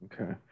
Okay